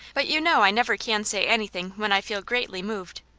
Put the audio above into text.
but you know i never can say any thing when i feel greatly moved.